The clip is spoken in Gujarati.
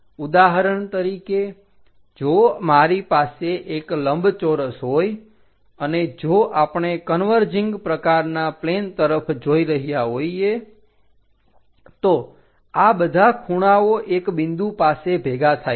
ઉદાહરણ તરીકે જો મારી પાસે એક લંબચોરસ હોય અને જો આપણે કન્વર્જિંગ પ્રકારના પ્લેન તરફ જોઈ રહ્યા હોઈએ તો આ બધા ખૂણાઓ એક બિંદુ પાસે ભેગા થાય છે